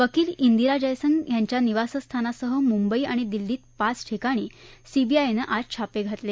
वकील िरा जयसिंग यांच्या निवासस्थानासह मुंबई आणि दिल्लीत पाच ठिकाणी सीबीआयनं आज छापे घातले